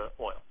oil